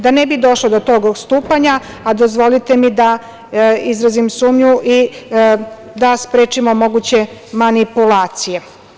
Da ne bi došlo do tog odstupanja, a dozvolite mi da izrazim sumnju i da sprečimo moguće manipulacije.